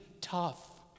tough